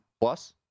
Plus